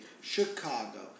Chicago